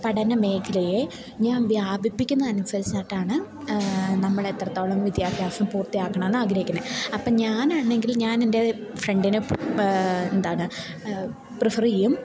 പഠനമേഖലയെ ഞാൻ വ്യാപിപ്പിക്കുന്നതിന് അനുസരിച്ചിട്ടാണ് നമ്മളെത്രത്തോളം വിദ്യാഭ്യാസം പൂർത്തിയാക്കണമെന്ന് ആഗ്രഹിക്കുന്നത് അപ്പോള് ഞാനാണെങ്കിൽ ഞാനെൻ്റെ ഫ്രണ്ടിനെ എന്താണ് പ്രിഫര് ചെയ്യും